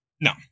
No